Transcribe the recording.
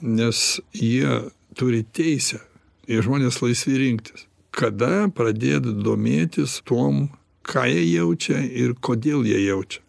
nes jie turi teisę ir žmonės laisvi rinktis kada pradėt domėtis tuom ką jie jaučia ir kodėl jie jaučia